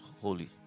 holy